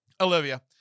Olivia